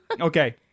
Okay